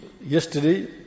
yesterday